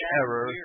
error